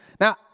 Now